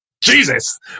jesus